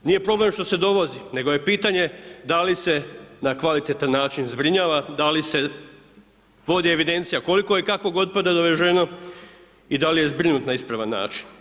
Nije problem što se dovozi, nego je pitanje, dali se na kvalitetan način zbrinjavanja, da li se vodi evidencija, koliko je i kakvog otpada dovezeno i da li je zbrinut na ispravan način.